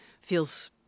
feels